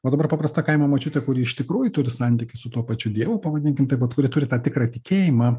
o dabar paprasta kaimo močiutė kuri iš tikrųjų turi santykį su tuo pačiu dievu pavadinkim taip vat kuri turi tą tikrą tikėjimą